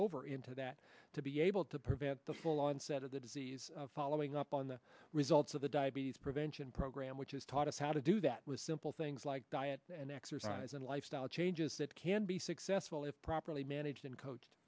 over into that to be able to prevent the full onset of the disease following up on the results of the diabetes prevention program which has taught us how to do that with simple things like diet and exercise and lifestyle changes that can be successful if properly managed and coached